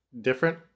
different